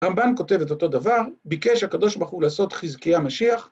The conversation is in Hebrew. רמב"ן כותב את אותו דבר, ביקש הקב"ה לעשות חזקי-ה משיח.